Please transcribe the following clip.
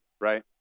right